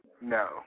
No